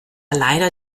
leider